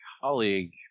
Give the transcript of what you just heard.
colleague